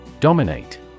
Dominate